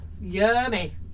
Yummy